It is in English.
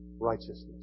righteousness